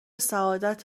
سعادت